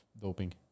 doping